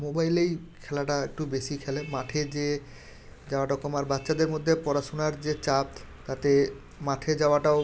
মোবাইলেই খেলাটা একটু বেশি খেলে মাঠে যেয়ে যাওয়াটা কম আর বাচ্চাদের মধ্যে পড়াশোনার যে চাপ তাতে মাঠে যাওয়াটাও